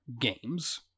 Games